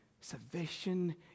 Salvation